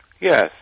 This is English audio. yes